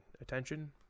attention